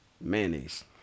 mayonnaise